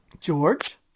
George